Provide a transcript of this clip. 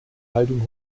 haltung